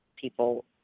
people